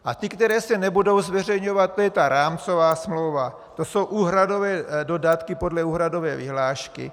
A ty, které se nebudou zveřejňovat, to je ta rámcová smlouva, to jsou úhradové dodatky podle úhradové vyhlášky.